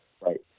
Right